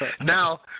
Now